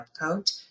coat